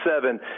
seven